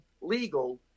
legal